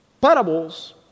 Parables